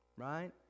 Right